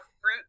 fruit